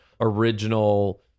original